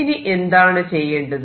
ഇനി എന്താണ് ചെയ്യേണ്ടത്